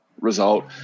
result